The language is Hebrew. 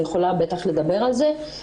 יכולה בטח לדבר על זה.